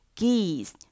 geese